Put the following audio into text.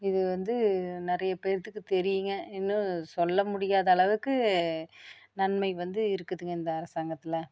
இது வந்து நிறைய பேர்த்துக்கு தெரியுங்கள் இன்னும் சொல்ல முடியாத அளவுக்கு நன்மை வந்து இருக்குதுங்க இந்த அரசாங்கத்தில்